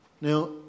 Now